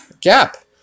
Gap